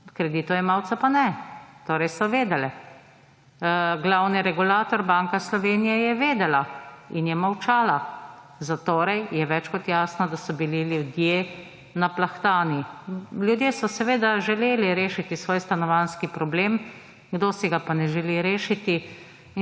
kreditojemalca pa ne. Torej so vedele. Glavni regulator Banka Slovenija je vedela in je molčala, zatorej je več kot jasno, da so bili ljudje naplahtani. Ljudje so seveda želeli rešiti svoj stanovanjski problem. Kdo si ga pa ne želi rešiti?